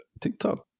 TikTok